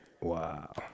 Wow